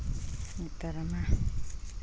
ᱱᱮᱛᱟᱨ ᱢᱟ